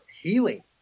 healing